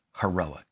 heroic